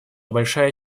большая